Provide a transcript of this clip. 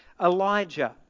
Elijah